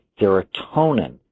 serotonin